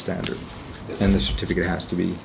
standard and the certificate has to be